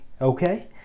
Okay